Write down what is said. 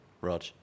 Rog